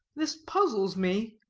this puzzles me.